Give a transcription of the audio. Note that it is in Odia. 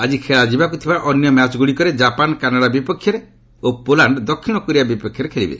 ଆକି ଖେଳାଯିବାକୁ ଥିବା ଅନ୍ୟ ମ୍ୟାଚ୍ଗୁଡ଼ିକରେ ଜାପାନ କାନାଡା ବିପକ୍ଷରେ ଓ ପୋଲାଣ୍ଡ ଦକ୍ଷିଣ କୋରିଆ ବିପକ୍ଷରେ ଖେଳିବ